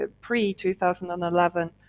pre-2011